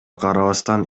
карабастан